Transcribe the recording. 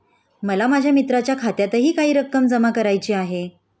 मला माझ्या मित्राच्या खात्यातही काही रक्कम जमा करायची आहे